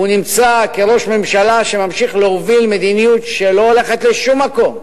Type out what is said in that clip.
והוא נמצא כראש ממשלה שממשיך להוביל מדיניות שלא הולכת לשום מקום,